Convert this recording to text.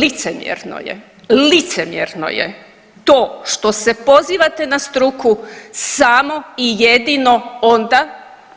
Licemjerno je, licemjerno je to što se pozivate na struku samo i jedino onda